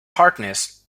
hardness